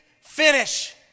finish